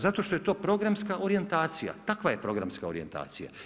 Zato što je to programska orijentacija, takva je programska orijentacija.